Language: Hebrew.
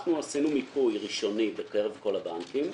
אנחנו עשינו מיפוי ראשוני בקרב כל הבנקים,